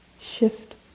shift